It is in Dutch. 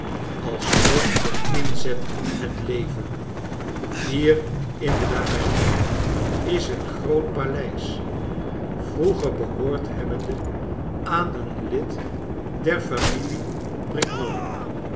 als goldt de inzet het leven hier in de nabijheid is een groot paleis vroeger behoord hebbende aan een lid der familie